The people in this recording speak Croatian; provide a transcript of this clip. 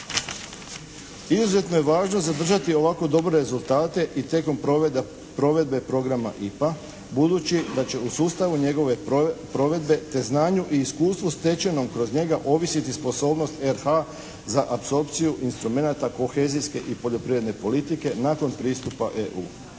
Izuzetno je važno zadržati ovako dobre rezultate i tijekom provedbe programa IPA budući da će u sustavu njegove provedbe te znanju i iskustvu stečenom kroz njega ovisiti sposobnost RH za apsorpciju instrumenata kohezijske i poljoprivredne politike nakon pristupa EU.